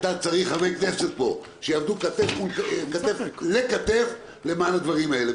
אתה צריך פה חברי כנסת שיעבדו כתף אל כתף למען הדברים האלה.